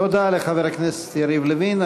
תודה לחבר הכנסת יריב לוין.